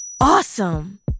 Awesome